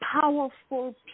powerful